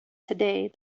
today